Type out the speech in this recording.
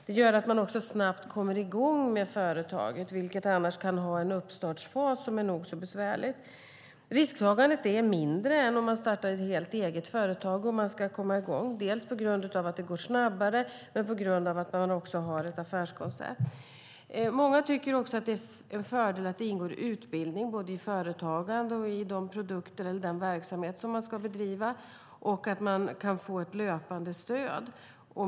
Det gör också att man snabbt kommer i gång med företaget, som annars kan ha en uppstartsfas som är nog så besvärlig. Risktagandet är mindre än om man startar ett helt eget företag och ska komma i gång då, dels på grund av att det går snabbare, dels på grund av att man har ett affärskoncept. Många tycker också att det är en fördel att det ingår utbildning i både företagande och de produkter eller den verksamhet som det gäller och att man kan få stöd löpande.